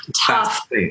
tough